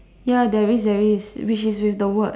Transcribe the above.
ya there is there is which is with the word